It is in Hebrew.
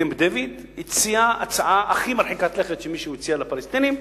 הציע בקמפ-דייוויד את ההצעה הכי מרחיקת לכת שמישהו הציע לפלסטינים.